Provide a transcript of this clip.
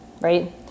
right